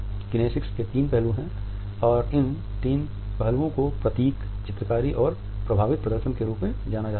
kinesics के तीन पहलू हैं और इन तीन पहलुओं को प्रतीक चित्रकारी और प्रभावित प्रदर्शन के रूप में जाना जाता है